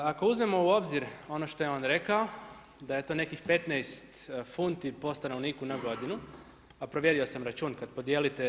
Ako uzmemo u obzir ono što je on rekao da je to nekih 15 funti po stanovniku na godinu, a provjerio sam račun kad podijelite.